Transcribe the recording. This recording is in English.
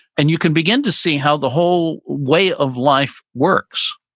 and you can begin to see how the whole way of life works.